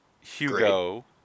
Hugo